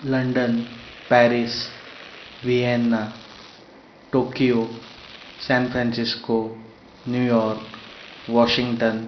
London Paris Vienna Tokyo San Francisco New York Washington